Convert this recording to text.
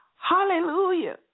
Hallelujah